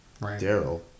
Daryl